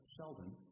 Sheldon